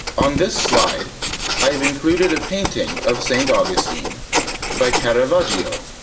on this slide i've included a painting of st. augustine by caravaggio,